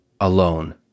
alone